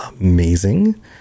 amazing